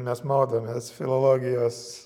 mes maudomės filologijos